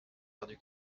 perdu